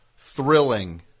Thrilling